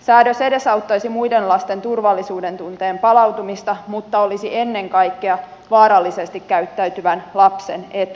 säädös edesauttaisi muiden lasten turvallisuudentunteen palautumista mutta olisi ennen kaikkea vaarallisesti käyttäytyvän lapsen etu